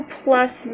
plus